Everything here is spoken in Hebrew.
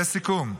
לסיכום,